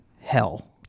hell